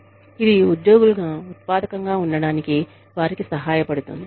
మరియు ఇది ఉద్యోగులుగా ఉత్పాదకంగా ఉండటానికి వారికి సహాయపడుతుంది